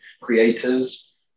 creators